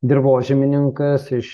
dirvožemininkas iš